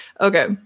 Okay